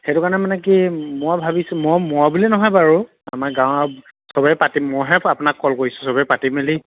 সেইটো কাৰণে মানে কি মই ভাবিছোঁ মই মই বুলি নহয় বাৰু আমাৰ গাঁৱৰ চবেই পাতি মই হে আপোনাক কল কৰিছোঁ চবে পাতি মেলি